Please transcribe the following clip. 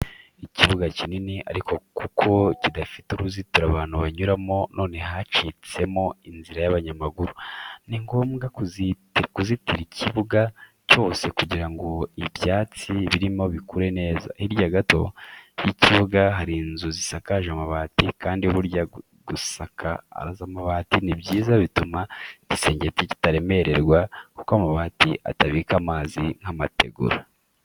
Ikibuga kinini ariko kuko kidafite uruzitiro abantu banyuramo none hacitsemo inzira y'abanyamaguru. Ni ngombwa kuzitira ikibiga cyose kugira ngo ibyatsi birimo bikure neza. Hirya gato y'ikibuga hari inzu zisakaje amabati kandi burya gusaka amabati ni byiza bituma igisenge kitaremererwa kuko amabati atabika amazi nk'amategura.